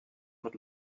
mit